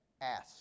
ask